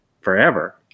forever